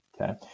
Okay